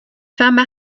femmes